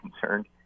concerned